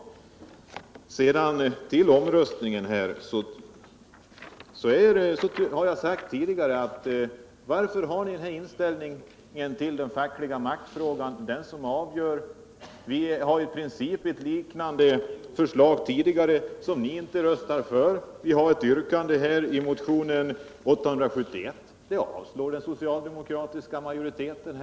När det gäller omröstningen har jag frågat tidigare: Varför har ni den här inställningen till den fackliga maktfrågan? Vi har ett i princip liknande förslag, som ni inte röstar för. I motionen 871 har vi ett yrkande som de socialdemokratiska ledamöterna avstyrker.